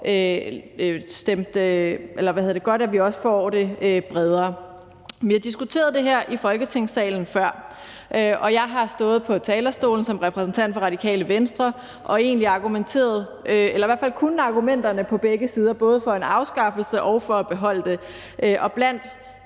godt, og det er godt, at vi også får det bredt ud. Vi har diskuteret det her i Folketingssalen før, og jeg har stået på talerstolen som repræsentant for Radikale Venstre og har kunnet se argumenterne fra begge sider – både for en afskaffelse og for at beholde det. Blandt